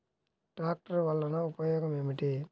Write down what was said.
ట్రాక్టర్లు వల్లన ఉపయోగం ఏమిటీ?